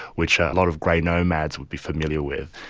which a lot of grey nomads would be familiar with.